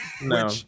no